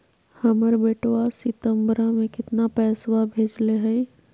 हमर बेटवा सितंबरा में कितना पैसवा भेजले हई?